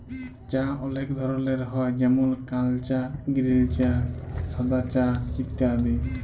চাঁ অলেক ধরলের হ্যয় যেমল কাল চাঁ গিরিল চাঁ সাদা চাঁ ইত্যাদি